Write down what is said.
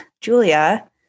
Julia